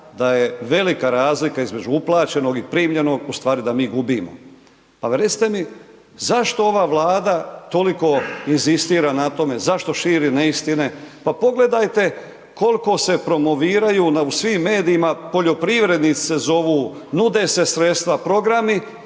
da je velika razlika između uplaćenog i primljenog, u stvari da mi gubimo. Pa recite mi zašto ova Vlada toliko inzistira na tome, zašto širi neistine, pa pogledajte koliko se promoviraju u svim medijima, poljoprivrednici se zovu, nude se sredstva, programi,